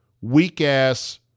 weak-ass